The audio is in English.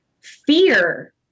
Fear